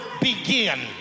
begin